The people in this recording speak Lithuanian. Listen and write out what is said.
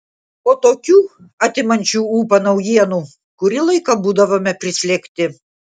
po tokių atimančių ūpą naujienų kurį laiką būdavome prislėgti